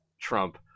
Trump